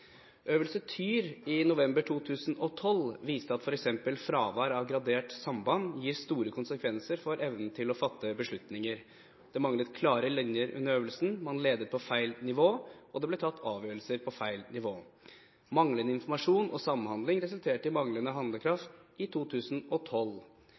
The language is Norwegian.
Øvelse Tyr i november 2012 viste at f.eks. fravær av gradert samband gir store konsekvenser for evnen til å fatte beslutninger. Det manglet klare linjer under øvelsen, man ledet på feil nivå, og det ble tatt avgjørelser på feil nivå. Manglende informasjon og samhandling resulterte i manglende